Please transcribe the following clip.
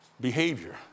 behavior